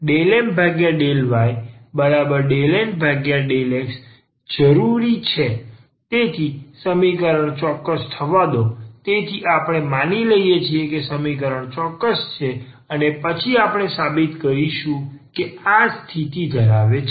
તેથી સમીકરણ ચોક્કસ થવા દો તેથી આપણે માની લઈએ કે સમીકરણ ચોક્કસ છે અને પછી આપણે સાબિત કરીશું કે આ સ્થિતિ ધરાવે છે